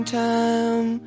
time